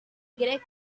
greg